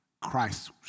Christ